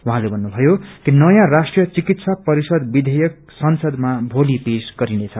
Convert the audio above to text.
उहाँले भन्नुभयो कि नयाँ राष्ट्रिय चिकित्सा परिषद विषेयक संसदमा मोलि पेश गरिनेछ